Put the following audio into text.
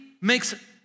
makes